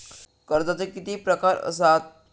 कर्जाचे किती प्रकार असात?